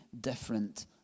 different